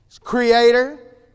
creator